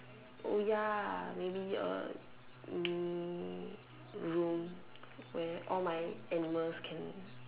oh ya maybe a mini room where all my animals can